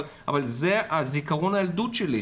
אבל זה זיכרון הילדות שלי,